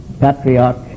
patriarch